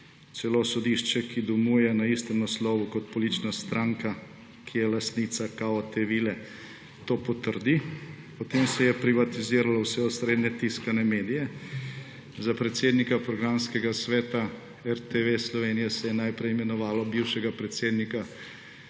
celo sodišče, ki domuje na istem naslovu kot politična stranka, ki je lastnica kao te vile, to potrdi. Potem se je privatiziralo vse osrednje tiskane medije, za predsednika programskega sveta RTV Slovenija se je najprej imenovalo bivšega predsednika